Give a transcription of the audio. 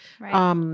right